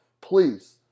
please